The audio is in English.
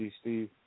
steve